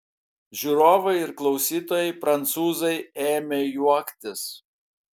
žiūrovai ir klausytojai prancūzai ėmė juoktis